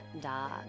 dog